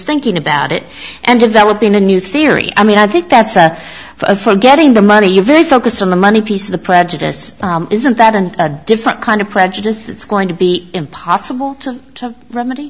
thinking about it and developing a new theory i mean i think that's a a for getting the money you very focused on the money piece of the prejudice isn't that in a different kind of prejudice it's going to be impossible to remedy